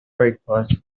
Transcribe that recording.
breakfast